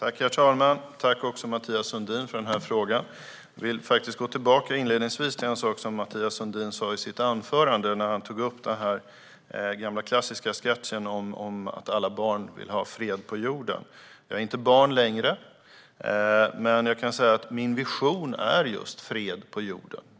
Herr talman! Tack, Mathias Sundin, för frågan! Jag vill inledningsvis gå tillbaka till en sak som Mathias Sundin sa i sitt anförande, när han tog upp den gamla klassiska sketchen om att alla barn vill ha fred på jorden. Jag är inte barn längre, men min vision är just fred på jorden.